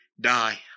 die